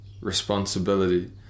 responsibility